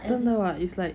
真的 what it's like